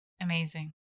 Amazing